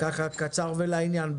קצר ולעניין.